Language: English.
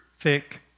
thick